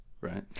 Right